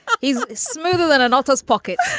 he's smoother than i noticed pockets